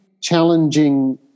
challenging